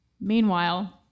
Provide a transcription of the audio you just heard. Meanwhile